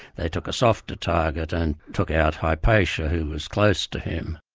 they took a softer target and took out hypatia who was close to him.